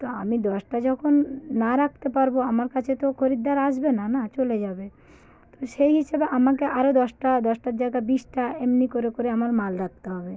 তো আমি দশটা যখন না রাখতে পারব আমার কাছে তো খরিদ্দার আসবে না না চলে যাবে তো সেই হিসেবে আমাকে আরও দশটা দশটার জায়গা বিশটা এমনি করে করে আমার মাল রাখতে হবে